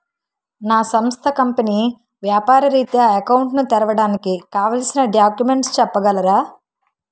నా సంస్థ కంపెనీ వ్యాపార రిత్య అకౌంట్ ను తెరవడానికి కావాల్సిన డాక్యుమెంట్స్ చెప్పగలరా?